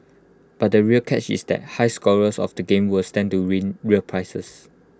but the real catch is that high scorers of the game will stand to win real prizes